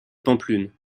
pampelune